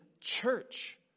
church